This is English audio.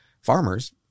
Farmers